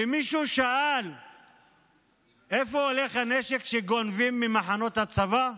מישהו שאל לאיפה הולך הנשק שגונבים ממחנות הצבא?